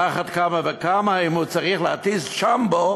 על אחת כמה וכמה אם הוא צריך להטיס "ג'מבו",